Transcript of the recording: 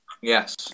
Yes